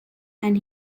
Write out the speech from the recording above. and